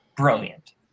Brilliant